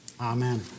Amen